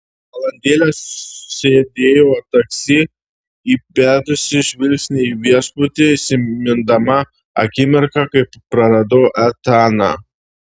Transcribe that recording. valandėlę sėdėjau taksi įbedusi žvilgsnį į viešbutį įsimindama akimirką kai praradau etaną